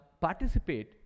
participate